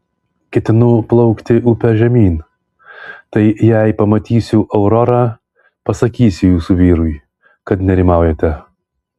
ketinu plaukti upe žemyn tai jei pamatysiu aurorą pasakysiu jūsų vyrui kad nerimaujate